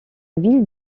ville